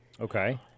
okay